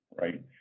right